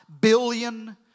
billion